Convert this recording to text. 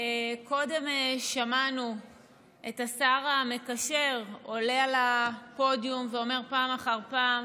קודם שמענו את השר המקשר עולה על הפודיום ואומר פעם אחר פעם: